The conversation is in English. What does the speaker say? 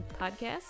podcast